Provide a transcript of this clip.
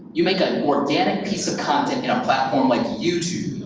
you make an organic piece of content in a platform like youtube,